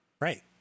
right